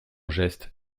geste